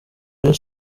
rayon